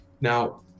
Now